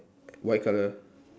white colour